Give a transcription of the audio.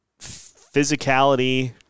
physicality